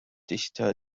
dichter